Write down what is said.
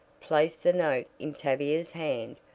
placed the note in tavia's hand,